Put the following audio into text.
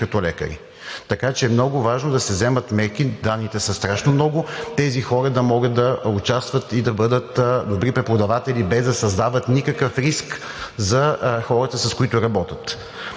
като лекари. Така че е много важно да се вземат мерки – данните са страшно много, тези хора да могат да участват и да бъдат добри преподаватели, без да създават никакъв риск за хората, с които работят.